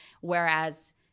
whereas